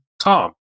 Tom